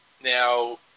Now